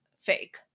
fake